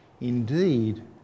indeed